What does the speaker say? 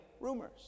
rumors